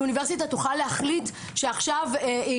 שאוניברסיטה תוכל להחליט שעכשיו היא